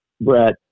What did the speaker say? Brett